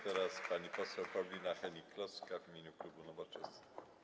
Teraz pani poseł Paulina Henning Kloska w imieniu klubu Nowoczesna.